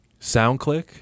SoundClick